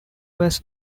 was